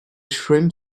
shrimp